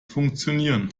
funktionieren